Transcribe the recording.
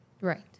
Right